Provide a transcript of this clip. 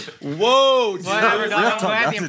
Whoa